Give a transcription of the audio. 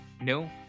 No